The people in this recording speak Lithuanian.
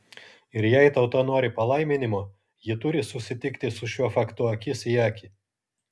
ir jei tauta nori palaiminimo ji turi susitikti su šiuo faktu akis į akį